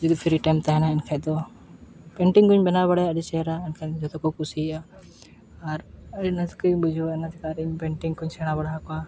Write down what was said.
ᱡᱩᱫᱤ free time ᱛᱟᱦᱮᱱᱟ ᱮᱱᱠᱷᱟᱱ ᱫᱚ ᱯᱮᱱᱴᱤᱝ ᱠᱚᱧ ᱵᱮᱱᱟᱣ ᱵᱟᱲᱟᱭᱟ ᱟᱹᱰᱤ ᱪᱮᱦᱨᱟ ᱮᱱᱠᱷᱟᱱ ᱡᱚᱛᱚ ᱠᱚ ᱠᱩᱥᱤᱭᱟᱜᱼᱟ ᱟᱨ ᱟᱹᱰᱤ ᱨᱟᱹᱥᱠᱟᱹᱧ ᱵᱩᱡᱷᱟᱹᱣᱟ ᱚᱱᱟ ᱪᱮᱠᱟ ᱟᱨ ᱤᱧ ᱯᱮᱱᱴᱤᱝ ᱠᱚᱧ ᱥᱮᱬᱟ ᱵᱟᱲᱟ ᱟᱠᱚᱣᱟ